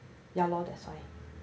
ya lor that's why